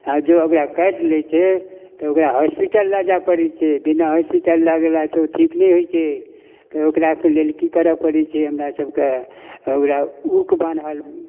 अऽ जँ ओकरा काटि लै छै तऽ ओकरा हॉस्पिटल लए जाइ पड़ै छै बिना हॉस्पिटल लए गेलासँ ओ ठीक नहि होइ छै तऽ ओकरा लेल कि करऽ पड़ै छै हमरा सभके ओकरा ऊक बान्हल